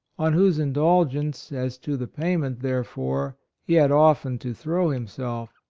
on whose indulgence as to the payment therefor, he had often to throw himself.